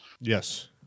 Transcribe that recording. Yes